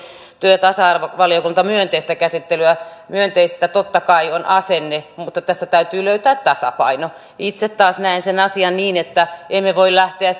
työ ja tasa arvovaliokunnan myönteistä käsittelyä että myönteistä totta kai on asenne mutta tässä täytyy löytää tasapaino itse taas näen sen asian niin että emme voi lähteä